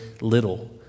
little